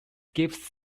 gives